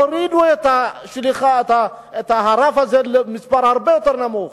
הורידו את הרף הזה למספר הרבה יותר נמוך.